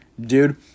dude